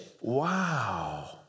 Wow